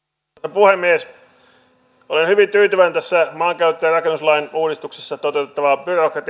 puhemies olen hyvin tyytyväinen tässä maankäyttö ja rakennuslain uudistuksessa toteutettavaan byrokratian